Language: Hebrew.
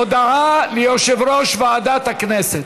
הודעה ליושב-ראש ועדת הכנסת.